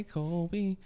Colby